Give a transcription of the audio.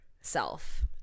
self